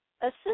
assist